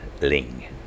Ling